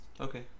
Okay